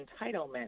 entitlement